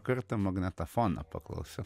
kartą magnetafoną paklausiau